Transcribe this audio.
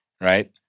right